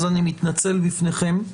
אני מתנצל בפניכם.